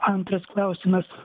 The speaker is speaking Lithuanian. antras klausimas